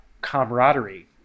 camaraderie